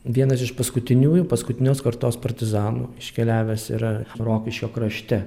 vienas iš paskutiniųjų paskutinios kartos partizanų iškeliavęs yra rokiškio krašte